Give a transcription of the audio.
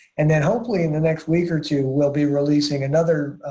and then hopefully in the next week or two we'll be releasing another